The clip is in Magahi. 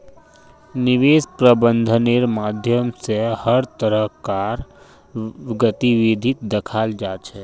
निवेश प्रबन्धनेर माध्यम स हर तरह कार गतिविधिक दखाल जा छ